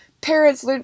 parents